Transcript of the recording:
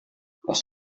pos